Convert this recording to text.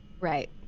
right